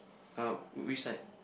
uh which side